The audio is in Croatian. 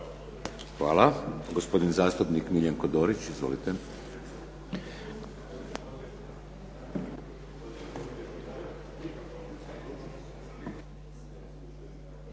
Hvala. Gospodin zastupnik Miljenko Dorić. Izvolite.